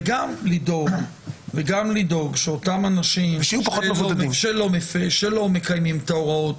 וגם לדאוג שאותם אנשים שלא מקיימים את ההוראות,